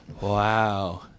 Wow